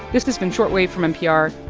this has been short wave from npr.